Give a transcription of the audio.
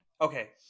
Okay